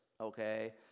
okay